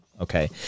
Okay